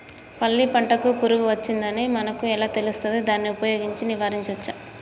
పల్లి పంటకు పురుగు వచ్చిందని మనకు ఎలా తెలుస్తది దాన్ని ఉపయోగించి నివారించవచ్చా?